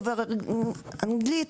דובר אנגלית?